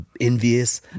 envious